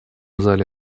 зале